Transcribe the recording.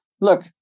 look